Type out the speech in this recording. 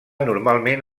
normalment